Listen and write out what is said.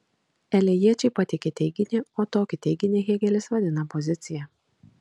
elėjiečiai pateikė teiginį o tokį teiginį hėgelis vadina pozicija